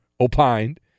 opined